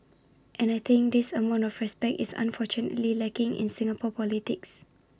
and I think this amount of respect is unfortunately lacking in Singapore politics